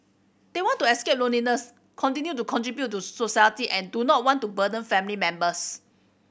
they want to escape loneliness continue to contribute to society and do not want to burden family members